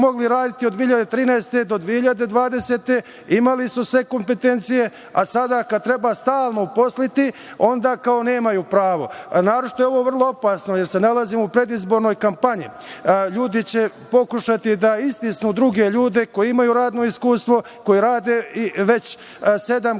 mogli raditi od 2013. godine do 2020. godine, imali su sve kompetencije, a sada kada ih treba stalno uposliti onda kao nemaju pravo? Naročito je ovo vrlo opasno jer se nalazimo u predizbornoj kampanji. Ljudi će pokušati da istisnu druge ljude koji imaju radno iskustvo, koji rade i već sedam